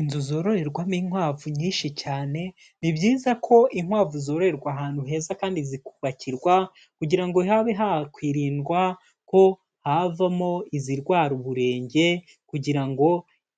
Inzu zororerwamo inkwavu nyinshi cyane, ni byiza ko inkwavu zororerwa ahantu heza kandi zikubakirwa kugira ngo habe hakwirindwa ko havamo izirwara uburenge, kugira ngo